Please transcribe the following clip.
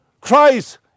Christ